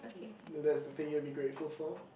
then that's the thing you will be grateful for